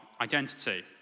identity